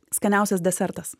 skaniausias desertas